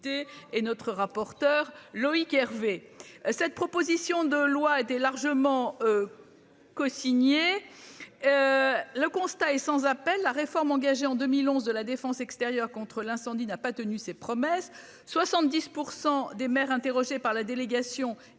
et notre rapporteur Loïc Hervé, cette proposition de loi a été largement. Cosigné. Le constat est sans appel, la réforme engagée en 2011 de la défense extérieure contre l'incendie n'a pas tenu ses promesses, 70% des mères. Interrogée par la délégation